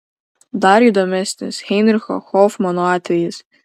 dar įdomesnis heinricho hofmano atvejis